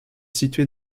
situé